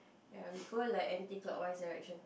ya we go like anti-clockwise direction